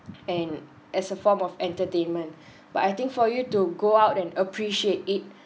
and as a form of entertainment but I think for you to go out and appreciate it